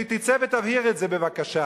שהיא תצא ותבהיר את זה בבקשה.